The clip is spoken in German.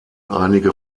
einige